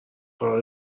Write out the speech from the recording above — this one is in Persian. قراره